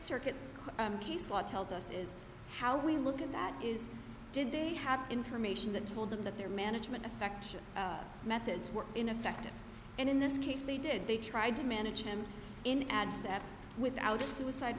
circuit case law tells us is how we look at that is did they have information that told them that their management effective methods were ineffective and in this case they did they tried to manage him in ads and without a suicide